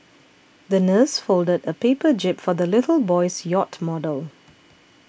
the nurse folded a paper jib for the little boy's yacht model